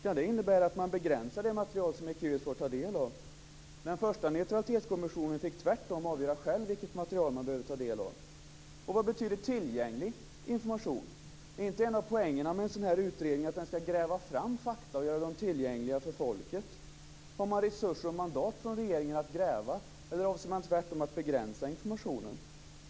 Kan det innebära att man begränsar det material som Ekéus får ta del av? Den första neutralitetskommissionen fick tvärtom avgöra själv vilket material man behövde ta del av. Och vad betyder tillgänglig information? Är inte en av poängerna med en sådan här utredning att den ska gräva fram fakta och göra dem tillgängliga för folket? Har Ekéus resurser och mandat från regeringen att gräva, eller avser man tvärtom att begränsa informationen?